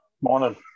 morning